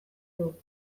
dugu